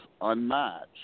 unmatched